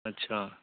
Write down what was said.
अच्छा